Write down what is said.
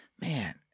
man